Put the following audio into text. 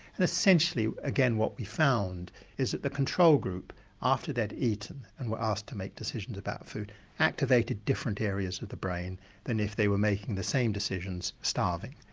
and essentially again what we found is that the control group after they'd eaten and were asked to make decisions about food activated different areas of the brain than if they were making the same decisions starving.